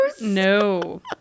No